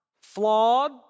flawed